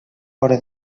vora